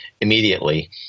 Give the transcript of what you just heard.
immediately